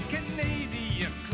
Canadian